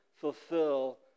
fulfill